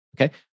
Okay